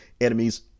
enemies